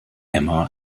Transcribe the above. emma